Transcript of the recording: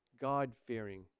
God-fearing